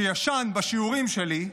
שישן בשיעורים שלי,